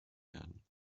werden